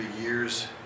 years